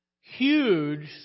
huge